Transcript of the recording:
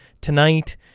tonight